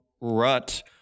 rut